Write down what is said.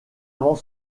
avant